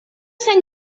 sant